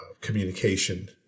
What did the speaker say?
communication